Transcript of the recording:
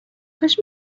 کاش